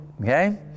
Okay